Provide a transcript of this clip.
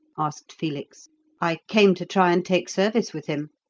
asked felix i came to try and take service with him.